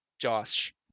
Josh